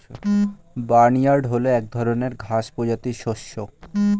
barnyard হল এক ধরনের ঘাস প্রজাতির শস্য